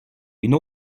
une